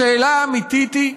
השאלה האמיתית היא כרגע,